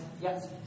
Yes